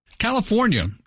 California